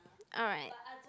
alright